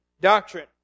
doctrine